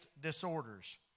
Disorders